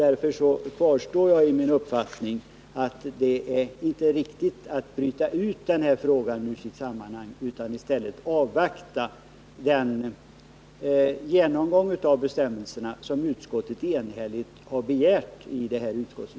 Därför kvarstår jag i min uppfattning att det inte är riktigt att bryta ut denna fråga ur sitt sammanhang utan att man i stället bör avvakta den genomgång av bestämmelserna som utskottet enhälligt har begärt i sitt betänkande.